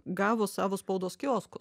gavo savo spaudos kioskus